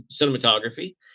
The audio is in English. cinematography